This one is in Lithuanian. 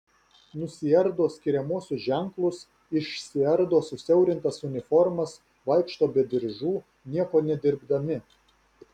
nusiardo skiriamuosius ženklus išsiardo susiaurintas uniformas vaikšto be diržų nieko nedirbdami